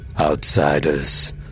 outsiders